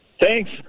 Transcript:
Thanks